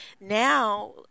now